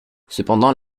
cependant